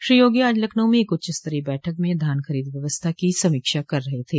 श्री योगी आज लखनऊ में एक उच्चस्तरीय बैठक म धान खरीद व्यवस्था की समीक्षा कर रहे थे